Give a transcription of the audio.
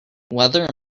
weather